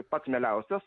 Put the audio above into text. pats mieliausias